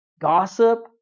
gossip